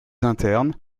internes